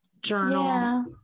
journal